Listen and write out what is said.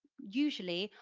usually,